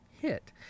hit